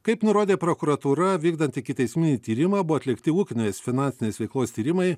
kaip nurodė prokuratūra vykdant ikiteisminį tyrimą buvo atlikti ūkinės finansinės veiklos tyrimai